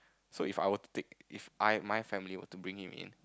so If I were to take If I my family were to bring him in